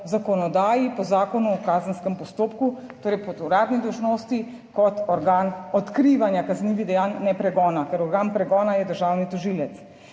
zakonodaji, po Zakonu o kazenskem postopku, torej po uradni dolžnosti, kot organ odkrivanja kaznivih dejanj, ne pregona, ker organ pregona je državni tožilec.